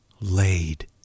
laid